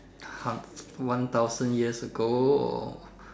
uh one thousand years ago